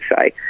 say